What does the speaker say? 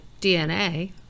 DNA